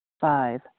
five